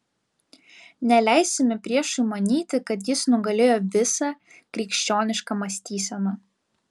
neleisime priešui manyti kad jis nugalėjo visą krikščionišką mąstyseną